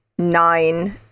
nine